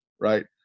right